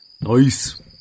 Nice